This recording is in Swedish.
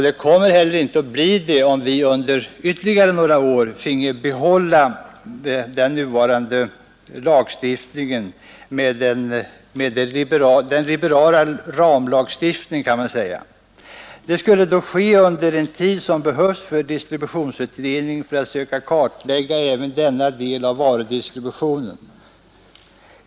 Det kommer heller inte att bli det om vi under ytterligare några år får behålla den nuvarande liberala ramlagstiftningen. Detta skulle ske under den tid som behövs för en distributionsutredning i syfte att kartlägga även denna del av varudistributionen.